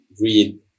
read